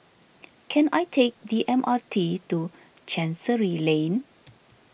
can I take the M R T to Chancery Lane